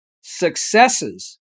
successes